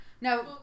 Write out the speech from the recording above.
Now